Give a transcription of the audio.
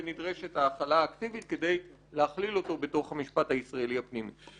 ונדרשת ההחלה האקטיבית כדי להכליל אותו בתוך המשפט הישראלי הפנימי.